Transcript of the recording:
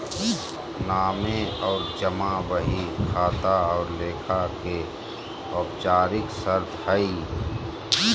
नामे और जमा बही खाता और लेखा के औपचारिक शर्त हइ